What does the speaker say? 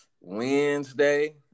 Wednesday